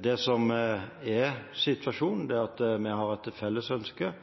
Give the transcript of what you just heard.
Det som er situasjonen, er at vi har et felles ønske